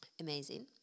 Amazing